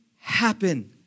happen